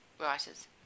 writers